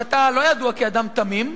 ואתה לא ידוע כאדם תמים: